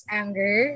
anger